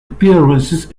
appearances